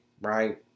right